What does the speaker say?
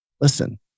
listen